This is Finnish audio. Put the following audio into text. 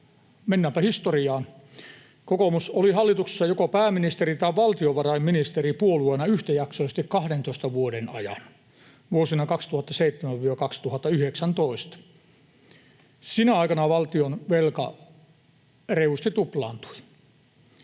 mennäänpä historiaan: Kokoomus oli hallituksessa joko pääministeri- tai valtiovarainministeripuolueena yhtäjaksoisesti 12 vuoden ajan, vuosina 2007—2019. Sinä aikana valtionvelka reilusti tuplaantui.